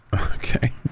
Okay